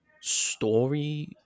story